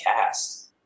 cast